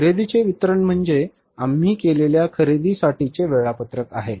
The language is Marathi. खरेदीचे वितरण म्हणजे आम्ही केलेल्या खरेदींसाठीचे वेळापत्रक आहे